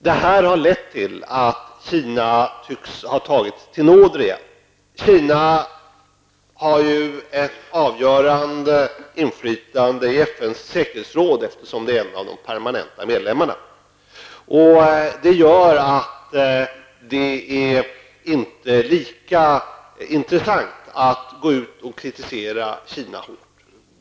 Detta har lett till att Kina tycks ha tagits till nåder igen. Kina har ju ett avgörande inflytande i FNs säkerhetsråd, eftersom det är en av de permanenta medlemmarna. Det gör att det inte är lika intressant att kritisera Kina.